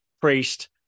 Priest